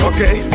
Okay